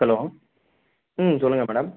hello ம் சொல்லுங்கள் madam